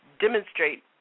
demonstrate